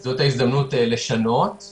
זו ההזדמנות לשנות את